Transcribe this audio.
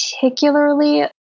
particularly